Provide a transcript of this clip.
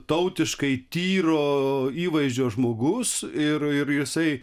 tautiškai tyro įvaizdžio žmogus ir ir jisai